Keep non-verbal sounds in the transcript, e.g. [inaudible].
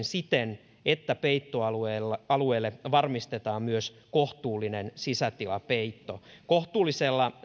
[unintelligible] siten että peittoalueelle varmistetaan myös kohtuullinen sisätilapeitto kohtuullisella